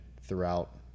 throughout